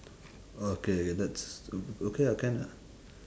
okay that's o~ okay lah can lah